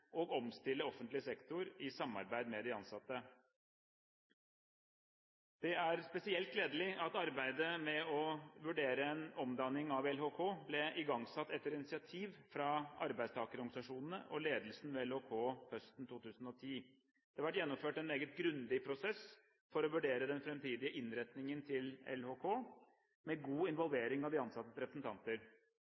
og omstille offentlig sektor i samarbeid med de ansatte. Det er spesielt gledelig at arbeidet med å vurdere en omdanning av LHK ble igangsatt etter initiativ fra arbeidstakerorganisasjonene og ledelsen ved LHK høsten 2010. Det har vært gjennomført en meget grundig prosess for å vurdere den fremtidige innretningen til LHK med god involvering av de ansattes representanter.